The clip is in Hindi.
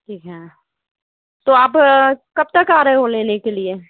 ठीक है तो अब कब तक कर रहे हो लेने के लिए